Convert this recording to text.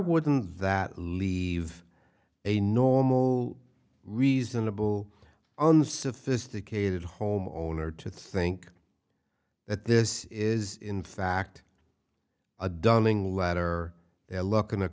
wouldn't that leave a normal reasonable on sophisticated homeowner to think that this is in fact a dunning letter or they're looking to